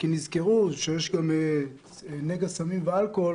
כי נזכרו שיש גם נגע סמים ואלכוהול,